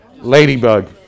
ladybug